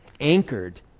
anchored